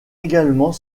également